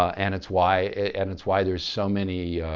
and it's why and it's why there are so many